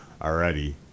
already